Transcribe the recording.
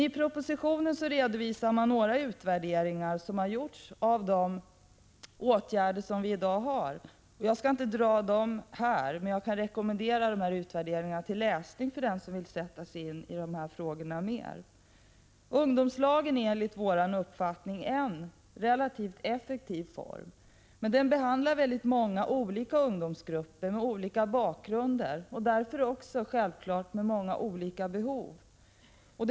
I propositionen redovisas några av de utvärderingar som har gjorts av de åtgärder vi i dag har satt in. Jag skall inte här dra resultatet av dessa utvärderingar, men jag kan rekommendera dem till läsning för den som ytterligare vill sätta sig in i dessa frågor. Ungdomslagen är enligt vår uppfattning en relativt effektiv form av arbetsmarknadsinsats. Men den omfattar väldigt många olika ungdomsgrupper, med olika bakgrund. Därför är självfallet behoven också många och olika.